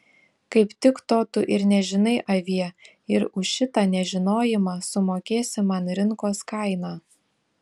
kaip tik to tu ir nežinai avie ir už šitą nežinojimą sumokėsi man rinkos kainą